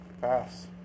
Pass